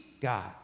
God